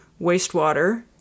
wastewater